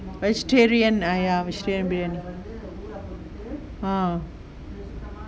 vegetarian !aiya! vegetarian biryani